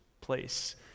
place